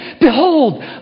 behold